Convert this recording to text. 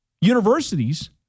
universities